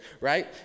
right